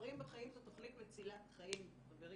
"בוחרים בחיים" זו תוכנית מצילת בחיים, חברים.